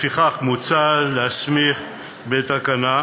לפיכך, מוצע להסמיך בתקנות